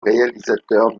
réalisateur